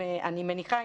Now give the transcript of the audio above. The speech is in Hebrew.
אני מניחה,